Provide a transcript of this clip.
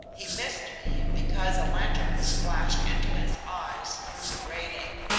he missed me because a lantern was flashed into his eyes through the grating.